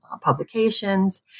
publications